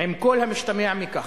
עם כל המשתמע מכך.